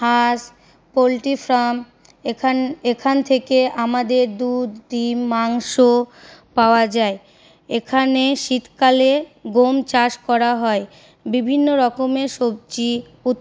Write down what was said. হাঁস poultry farm এখান এখান থেকে আমাদের দুধ ডিম মাংস পাওয়া যায় এখানে শীতকালে গম চাষ করা হয় বিভিন্ন রকমের সবজি উৎ